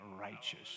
righteous